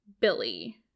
Billy